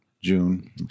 june